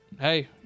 hey